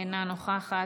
אינה נוכחת,